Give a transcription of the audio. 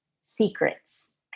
secrets